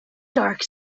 dark